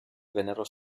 vennero